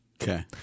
okay